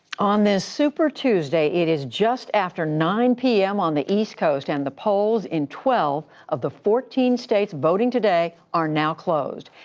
on this super tuesday, it is just after nine zero p m. on the east coast, and the polls in twelve of the fourteen states voting today are now closed.